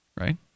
right